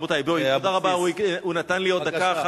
רבותי, הוא נתן לי עוד דקה, בבקשה.